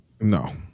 No